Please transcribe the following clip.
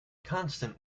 constant